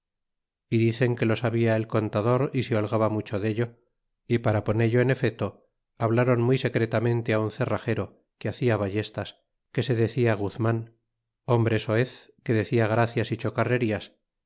y dicen que lo sabia el contador é se holgaba mucho dello y para poncho en efecto habléron muy secretamente un cerragero que hacia ballestas que se decir guzruan hombre soez que decía gracias y chocarrerías